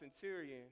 centurion